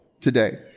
today